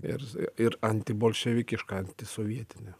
ir ir anti bolševikiška antisovietinė